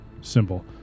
symbol